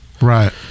Right